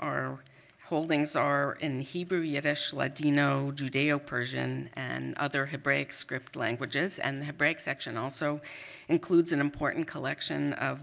our holdings are in hebrew, yiddish, ladino, judeo-persian, and other hebraic script languages. and the hebraic section also includes an important collection of